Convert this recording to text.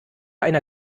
einer